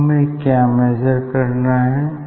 अब हमें क्या मैजर करना है